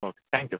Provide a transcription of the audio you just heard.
okay thank you